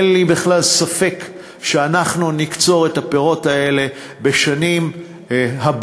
אין לי בכלל ספק שאנחנו נקצור את הפירות האלה בשנים הבאות,